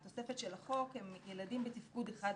בתוספת של החוק הם ילדים בתפקוד 1 ו-2.